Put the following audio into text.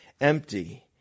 empty